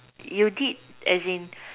you did as in